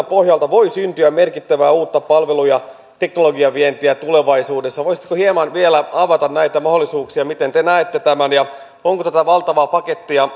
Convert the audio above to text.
pohjalta voi syntyä merkittävää uutta palvelu ja teknologiavientiä tulevaisuudessa voisitteko hieman vielä avata näitä mahdollisuuksia miten te näette tämän ja onko tätä valtavaa pakettia